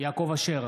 יעקב אשר,